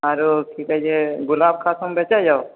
आरो की कहै छै गुलाब खास आम बेचै हियौ